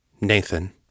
Nathan